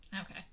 Okay